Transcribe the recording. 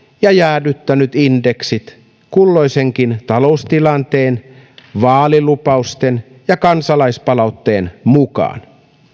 ja jäädyttänyt indeksit kulloisenkin taloustilanteen vaalilupausten ja kansalaispalautteen mukaan